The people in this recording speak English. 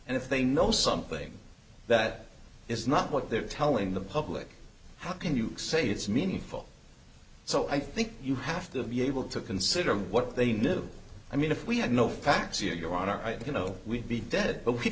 and if they know something that is not what they're telling the public how can you say it's meaningful so i think you have to be able to consider what they know i mean if we have no facts you're on our right you know we'd be dead but we